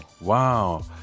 wow